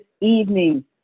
evening